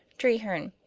treherne.